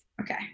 Okay